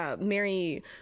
Mary